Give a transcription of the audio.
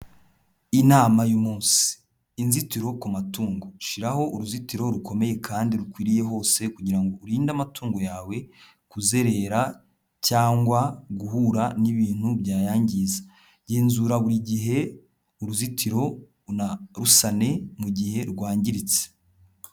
Inama y'umunsi inzitiro ku matungo shyiraho uruzitiro rukomeye kandi rukwiriye hose kugirango urinde amatungo yawe kuzerera cyangwa guhura n'ibintu byayangiza, genzura buri gihe uruzitiro unarusane mugihe rwangiritse.